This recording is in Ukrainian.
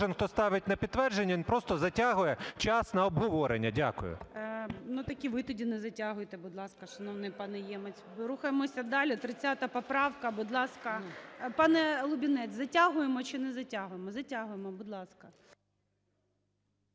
хто ставить на підтвердження, він просто затягує час на обговорення. Дякую. ГОЛОВУЮЧИЙ. Так і ви тоді не затягуйте, будь ласка, шановний пане Ємець. Рухаємося далі. 30 поправка, будь ласка. Пане Лубінець, затягуємо чи не затягуємо? Затягуємо. Будь ласка.